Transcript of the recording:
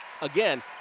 again